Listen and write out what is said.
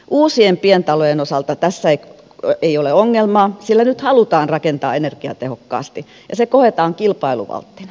uusien pientalojen osalta tässä ei ole ongelmaa sillä nyt halutaan rakentaa energiatehokkaasti ja se koetaan kilpailuvalttina